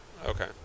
Okay